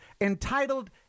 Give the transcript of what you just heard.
entitled